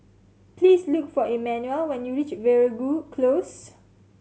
please look for Emmanuel when you reach Veeragoo Close